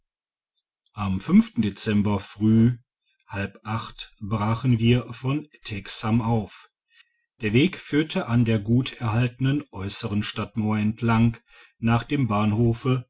am dezember früh halb acht brachen wir von teksham auf der weg führte an der gut erhaltenen äusseren stadtmauer entlang nach dem bahnhofe